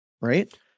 right